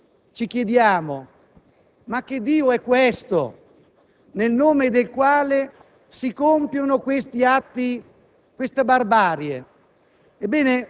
Ci chiediamo: ma che Dio è questo, nel nome del quale si compiono questi atti, queste barbarie?